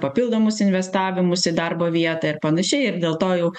papildomus investavimus į darbo vietą ir panašiai ir dėl to jau